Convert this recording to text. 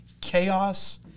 chaos